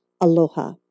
aloha